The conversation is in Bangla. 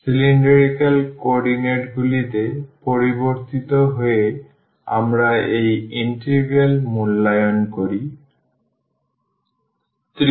সুতরাং cylindrical কোঅর্ডিনেটগুলিতে পরিবর্তিত হয়ে আমরা এই ইন্টিগ্রাল মূল্যায়ন করি